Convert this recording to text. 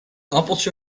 appeltje